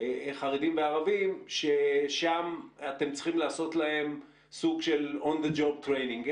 חרדים וערבים ששם אתם צריכים לעשות להם סוג של On the job training?